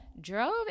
drove